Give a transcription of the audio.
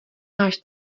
máš